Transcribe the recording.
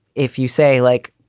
if you say, like,